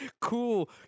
Cool